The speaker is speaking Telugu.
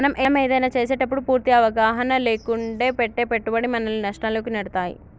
మనం ఏదైనా చేసేటప్పుడు పూర్తి అవగాహన లేకుండా పెట్టే పెట్టుబడి మనల్ని నష్టాల్లోకి నెడతాయి